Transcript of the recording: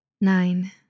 Nine